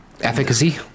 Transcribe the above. efficacy